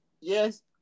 yes